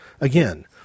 Again